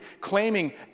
claiming